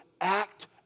act